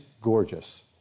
gorgeous